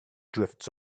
drifts